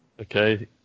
Okay